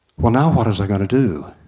well now what was i going to do?